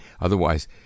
Otherwise